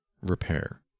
repair